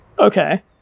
Okay